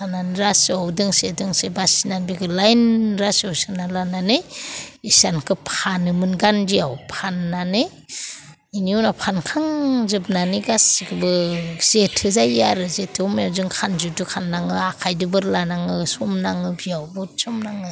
लानानै रासोआव दोंसे दोंसे बासिनानै बेखौ लाइन रासोआव सोना लानानै इसानखौ फानोमोन गान्दियाव फान्नानै बेनि उनाव फानखांजोबनानै गासिखौबो जेथो जायो आरो जेथो मेजों खानजंजों खान्नाङो आखाइजोंबो बोरलानाङो सम नाङो बेयाव बहुथ सम नाङो